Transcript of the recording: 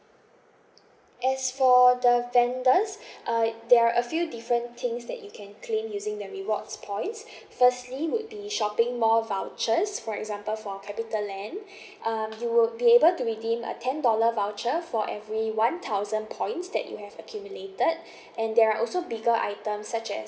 as for the vendors uh there are a few different things that you can claim using the rewards points firstly would be shopping mall vouchers for example for capitaland um you would be able to redeem a ten dollar voucher for every one thousand points that you have accumulated and there are also bigger items such as